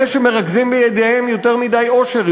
אלה שמרכזים בידיהם יותר מדי עושר,